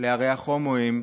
לארח הומואים.